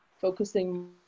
focusing